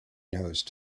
nose